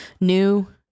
new